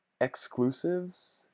exclusives